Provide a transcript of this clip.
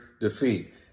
defeat